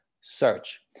search